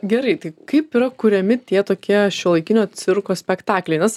gerai tai kaip yra kuriami tie tokie šiuolaikinio cirko spektakliai nes